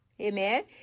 Amen